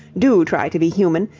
do try to be human,